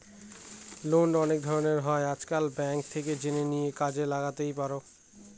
loan অনেক ধরনের হয় আজকাল, ব্যাঙ্ক থেকে জেনে নিয়ে কাজে লাগাতেই পারো